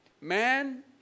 Man